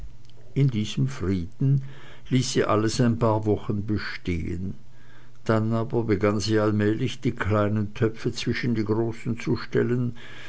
in diesem frieden ließ sie alles ein paar wochen bestehen dann aber begann sie allmählich die kleinen töpfe zwischen die großen zu stellen